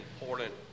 important